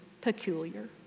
peculiar